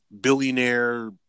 billionaire